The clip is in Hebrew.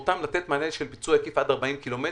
לתת מענה של פיצוי עקיף עד 40 ק"מ.